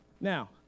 Now